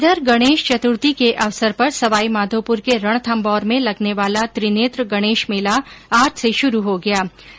इधर गणेश चतुर्थी के अवसर पर सवाईमाधोपुर के रणथम्भौर में लगने वाला त्रिनेत्र गणेश मेला आज से शुरू हो गया है